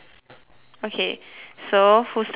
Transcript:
okay so who start first you